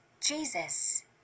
Jesus